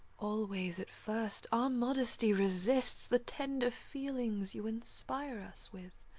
always, at first, our modesty resists the tender feelings you inspire us with.